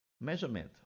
measurement